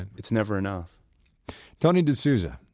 and it's never enough tony d'souza,